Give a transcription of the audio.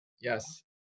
Yes